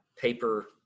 paper